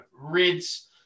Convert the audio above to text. Rids